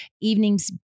evenings